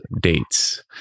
dates